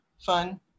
Fun